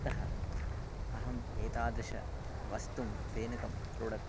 अतः अहम् एतादृशवस्तु फेनकं प्रोडक्ट्